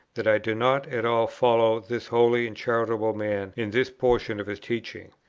that i do not at all follow this holy and charitable man in this portion of his teaching.